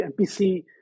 npc